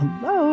hello